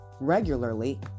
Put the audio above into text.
regularly